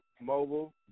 Mobile